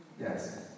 Yes